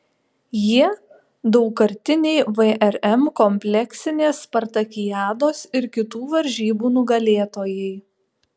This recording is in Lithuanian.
jie daugkartiniai vrm kompleksinės spartakiados ir kitų varžybų nugalėtojai